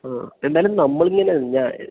ആ എന്തായാലും നമ്മൾ ഇങ്ങനെയാണ്